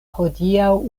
hodiaŭ